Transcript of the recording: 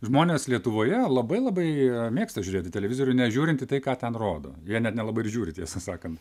žmonės lietuvoje labai labai mėgsta žiūrėti televizorių nežiūrint į tai ką ten rodo jie net nelabai ir žiūri tiesą sakant